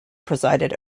presided